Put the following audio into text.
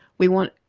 we want,